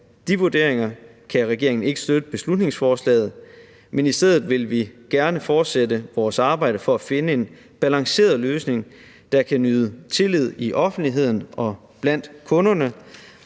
de vurderinger kan regeringen ikke støtte beslutningsforslaget, men i stedet vil vi gerne fortsætte vores arbejde for at finde en balanceret løsning, der kan nyde tillid i offentligheden og blandt kunderne,